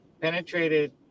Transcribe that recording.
penetrated